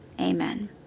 amen